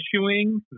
issuing